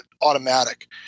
automatic